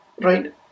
right